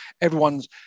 everyone's